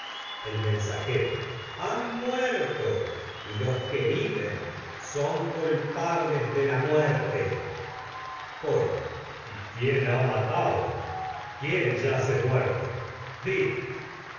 el mensajero han muerto y los que viven son culpables de la muerte coro y quién ha matado quién el yace muerto di